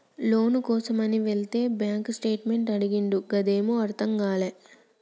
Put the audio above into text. లోను కోసమని వెళితే bank statement అడిగిండు గదేందో అర్థం గాలే